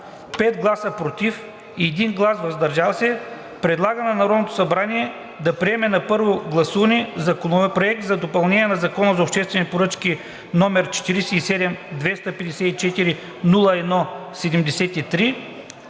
5 гласа „против“ и 1 глас „въздържал се“ предлага на Народното събрание да приеме на първо гласуване Законопроект за допълнение на Закона за обществените поръчки, № 47-254-01-73,